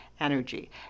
energy